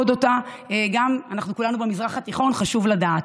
אנחנו כולנו במזרח התיכון וחשוב לדעת,